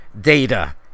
data